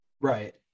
Right